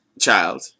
child